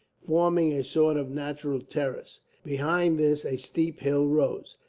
forming a sort of natural terrace. behind this a steep hill rose.